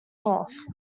north